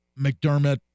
McDermott